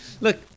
Look